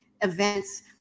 events